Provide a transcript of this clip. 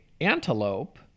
antelope